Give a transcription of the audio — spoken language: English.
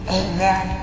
amen